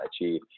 achieve